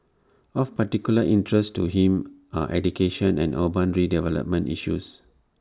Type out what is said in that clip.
of particular interest to him are education and urban redevelopment issues